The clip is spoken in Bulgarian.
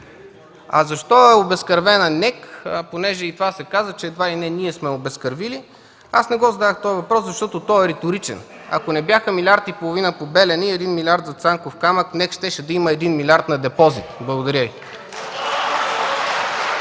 Защо е обезкръвена НЕК? Понеже и това се каза, че едва ли не ние сме я обезкръвили, аз не зададох този въпрос, защото той е риторичен. Ако не бяха милиард и половина по „Белене” и 1 милиард за Цанков камък, НЕК щеше да има 1 милиард на депозит. Благодаря Ви.